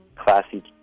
classy